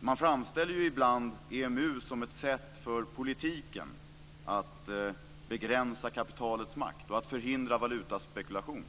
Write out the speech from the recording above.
Man framställer ibland EMU som ett sätt för politiken att begränsa kapitalets makt och att förhindra valutaspekulation.